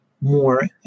more